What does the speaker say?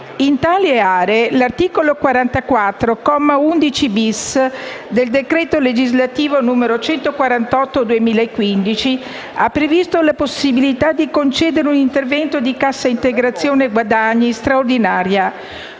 In tali aree, l'articolo 44, comma 11-*bis*, del decreto legislativo n. 148 del 2015 ha previsto la possibilità di concedere un intervento di cassa integrazione guadagni straordinaria,